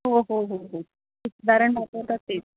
हो हो हो हो तेच